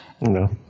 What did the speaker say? No